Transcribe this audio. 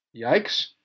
yikes